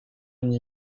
une